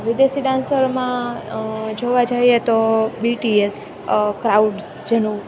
વિદેશી ડાન્સરોમાં જોવા જાઈએ તો બિટીએસ ક્રાઉડસ જેનું